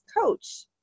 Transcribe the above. coach